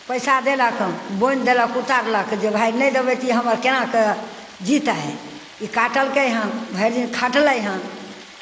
पैसा देलक बोनि देलक उतारलक जे भाय नहि देबै तऽ ई हमर केना कऽ जीतै ई कटलकै हन भरि दिन खटलै हन